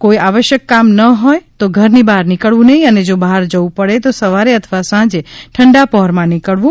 કોઈ આવશ્યક કામ ન હોય તો ધરની બહાર નીકળવું નહિ અને જો બહાર જવું પડે તો સવારે અથવા સાંજે ઠંડા પહોરમાં નીકળવું